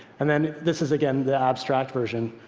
and then this is, again, the abstract version,